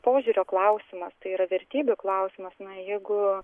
požiūrio klausimas tai yra vertybių klausimas na jeigu